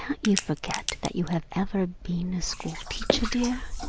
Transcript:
you forget that you have ever been a school-teacher, dear?